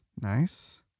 Nice